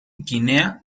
guinea